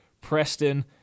Preston